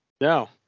no